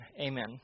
Amen